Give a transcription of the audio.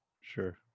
Sure